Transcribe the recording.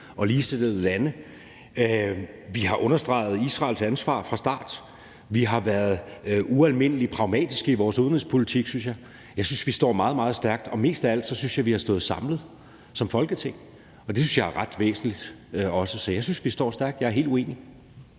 og ligesindede lande. Vi har understreget Israels ansvar fra starten. Vi har været ualmindelig pragmatiske i vores udenrigspolitik, synes jeg. Jeg synes, vi står meget, meget stærkt. Og mest af alt synes jeg, vi har stået samlet som Folketing, og det synes jeg også er ret væsentligt. Så jeg synes, vi står stærkt. Jeg er helt uenig.